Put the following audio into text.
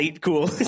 Cool